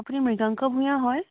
আপুনি মৃগাংক ভূঞা হয়